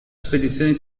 spedizioni